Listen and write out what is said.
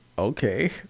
Okay